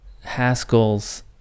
Haskell's